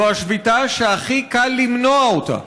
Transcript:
זו השביתה שהכי קל למנוע אותה.